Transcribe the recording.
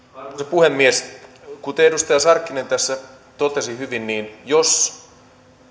puhemies kuten edustaja sarkkinen tässä totesi hyvin jos